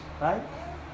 right